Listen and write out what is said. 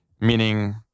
meaning